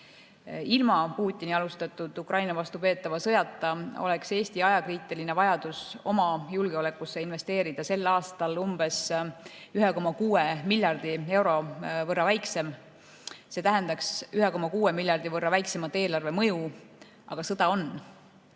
Ilma Putini alustatud Ukraina vastu peetava sõjata oleks Eesti ajakriitiline vajadus oma julgeolekusse investeerida sel aastal 1,6 miljardi euro võrra väiksem. See tähendaks 1,6 miljardi võrra väiksemat eelarve mõju. Aga sõda on.